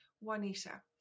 Juanita